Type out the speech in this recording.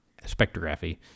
spectrography